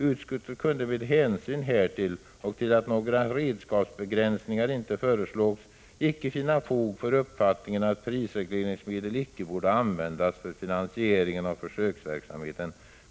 Utskottet kunde med hänsyn härtill och till att några redskapsbegränsningar inte föreslogs icke finna fog för uppfattningen att prisregleringsmedel icke borde användas för finansieringen av försöksverksamheten.